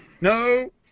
no